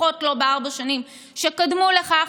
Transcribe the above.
לפחות לא בארבע שנים שקדמו לכך,